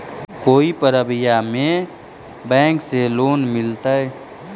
कोई परबिया में बैंक से लोन मिलतय?